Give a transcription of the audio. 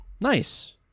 Nice